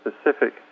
specific